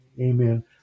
Amen